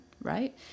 right